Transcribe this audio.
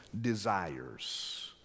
desires